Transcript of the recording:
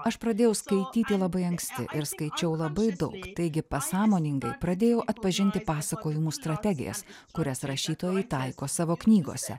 aš pradėjau skaityti labai anksti ir skaičiau labai daug taigi pasąmoningai pradėjau atpažinti pasakojimų strategijas kurias rašytojai taiko savo knygose